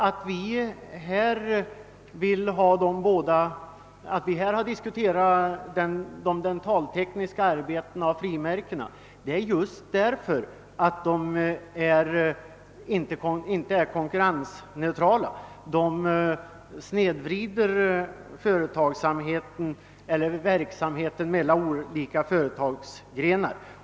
Att vi här har tagit upp de dentaltekniska arbetena och frimärkena är just därför att mervärdeskatten för dessa varor inte är konkurrensneutral utan snedvrider lönsamheten mellan olika företagsformer.